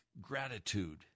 gratitude